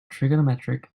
trigonometric